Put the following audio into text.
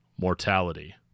mortality